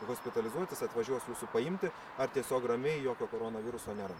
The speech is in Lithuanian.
hospitalizuotis atvažiuos jūsų paimti ar tiesiog ramiai jokio koronaviruso nėra